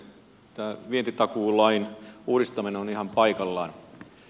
tämä vientitakuulain uudistaminen on ihan paikallaan